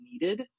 needed